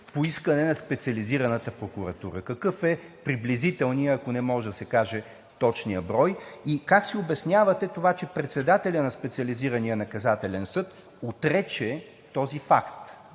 по искане на Специализираната прокуратура? Какъв е приблизителният, ако не може да се каже точният брой, и как си обяснявате това, че председателят на Специализирания наказателен съд отрече този факт?